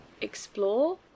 explore